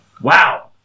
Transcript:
Wow